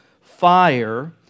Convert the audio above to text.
fire